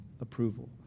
approval